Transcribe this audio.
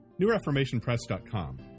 NewReformationPress.com